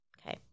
Okay